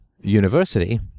university